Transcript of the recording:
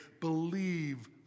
believe